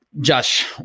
Josh